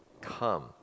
come